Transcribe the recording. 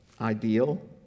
ideal